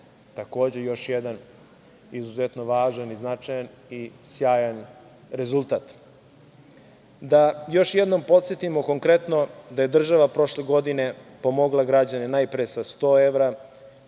Takođe, još jedan izuzetno važan i značajan i sjajan rezultat. Da podsetimo još jednom da je država prošle godine pomogla građane najpre sa 100 evra,